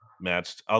matched